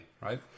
right